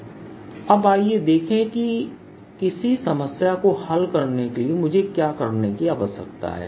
Dr0EP01eErK0EϵE अब आइए देखें कि किसी समस्या को हल करने के लिए मुझे क्या करने की आवश्यकता है